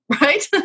right